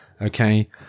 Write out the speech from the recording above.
okay